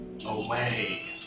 Away